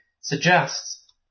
suggests